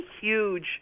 huge